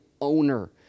owner